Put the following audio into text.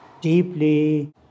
deeply